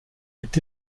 est